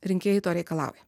rinkėjai to reikalauja